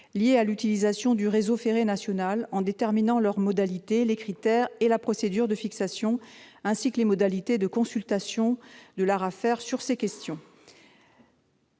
liées à l'utilisation du réseau ferré national, en déterminant leurs modalités, les critères et la procédure de fixation, ainsi que les modalités de consultation de l'ARAFER sur ces questions.